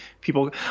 people